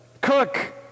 cook